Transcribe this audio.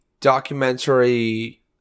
documentary